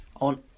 on